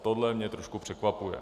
Tohle mě trošku překvapuje.